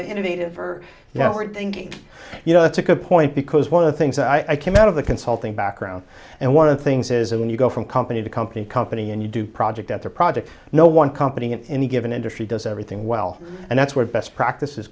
innovative or you know are thinking you know that's a good point because one of the things that i came out of the consulting background and one of the things is that when you go from company to company company and you do project at the project no one company at any given industry does everything well and that's where best practice